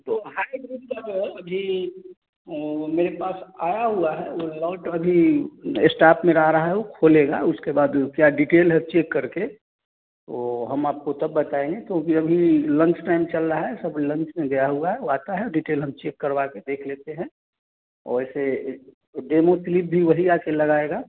तो हाईब्रिड का जो है अभी वो मेरे पास आया हुआ है वो लॉट अभी इस्टाफ़ मेरा आ रहा है वो खोलेगा उसके बाद वो क्या डिटेल है चेक करके वो हम आपको तब बताएँगे क्योंकि अभी लंच टाइम चल रहा है सब लंच में गया हुआ है वो आता है डिटेल हम चेक करवा के देख लेते हैं और वैसे डेमो क्लिप भी वही आके लगाएगा